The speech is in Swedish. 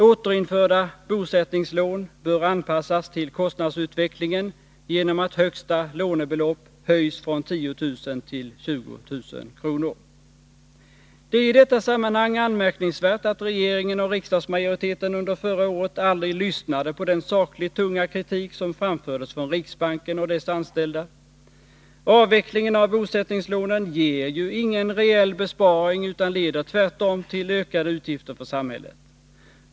Återinförda bosättningslån bör anpassas till kostnadsutvecklingen genom att högsta lånebelopp höjs från 10 000 till 20 000 kr. Det är i detta sammanhang anmärkningsvärt att regeringen och riksdagsmajoriteten under förra året aldrig lyssnade på den sakligt tunga kritik som framfördes från riksbanken och dess anställda. Avvecklingen av bosättningslånen ger ju ingen reell besparing utan leder tvärtom till ökade utgifter för samhället.